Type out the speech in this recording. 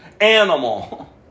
animal